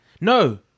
no